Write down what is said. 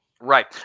Right